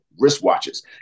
wristwatches